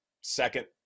second